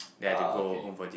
ah okay